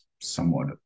somewhat